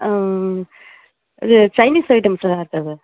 இது சைனீஸ் ஐடம்ஸ்லாம் இருக்கா சார்